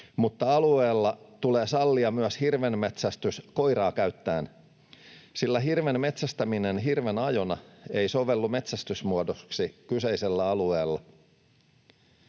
mutta alueella tulee sallia myös hirvenmetsästys koiraa käyttäen, sillä hirven metsästäminen hirvenajona ei sovellu metsästysmuodoksi kyseisellä alueella.